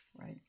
Right